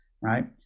right